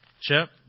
Chip